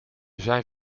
zijn